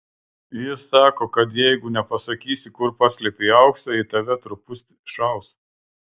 jis sako kad jeigu nepasakysi kur paslėpei auksą į tave truputį šaus